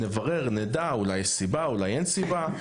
נברר, נדע, אולי יש סיבה, אולי אין סיבה.